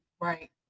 Right